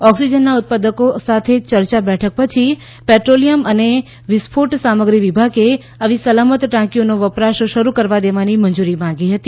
ઓક્સિજનના ઉત્પાદકો સાથે ચર્ચા બેઠક પછી પેટ્રોલિયમ અને વિસ્ફોટ સામગ્રી વિભાગે આવી સલામત ટાંકીઓનો વપરાશ શરૂ કરવા દેવાની મંજૂરી માગી હતી